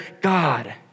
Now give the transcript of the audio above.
God